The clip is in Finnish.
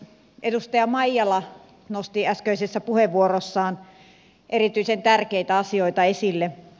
edustaja maijala nosti äsköisessä puheenvuorossaan erityisen tärkeitä asioita esille